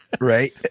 Right